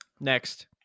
Next